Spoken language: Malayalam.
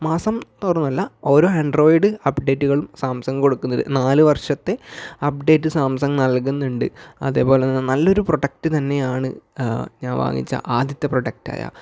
മാസം തോറും അല്ല ഓരോ ആൻഡ്രോയിഡ് അപ്ഡേറ്റുകളും സാംസങ് കൊടുക്കുന്നത് നാലുവർഷത്തെ അപ്ഡേറ്റ് സാംസങ് നൽകുന്നുണ്ട് അതേപോലെ തന്നെ നല്ല ഒരു പ്രോഡക്റ്റ് തന്നെയാണ് ഞാൻ വാങ്ങിച്ച ആദ്യത്തെ പ്രോഡക്റ്റ് ആയ